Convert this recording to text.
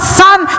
son